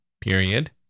period